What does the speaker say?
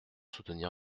soutenir